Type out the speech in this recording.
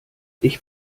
ich